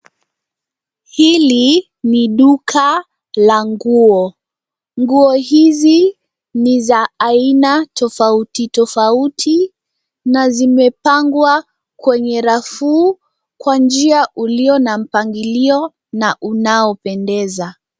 Hili ni duka la nguo. Nguo hizi ni za aina tofautitofauti na zimepangwa kwenye rafu kwa njia ulio na mpangilio na unaopendeza.